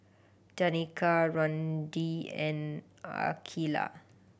Danika Randi and Akeelah